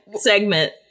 segment